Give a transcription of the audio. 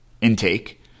intake